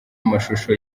amashusho